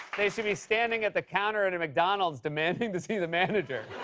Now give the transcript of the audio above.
they should be standing at the counter at a mcdonald's demanding to see the manager.